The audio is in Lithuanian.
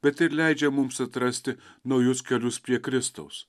bet ir leidžia mums atrasti naujus kelius prie kristaus